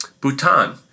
Bhutan